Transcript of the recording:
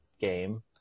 game